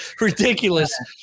ridiculous